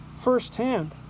firsthand